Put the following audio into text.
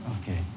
Okay